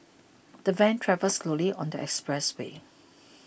the van travelled slowly on the expressway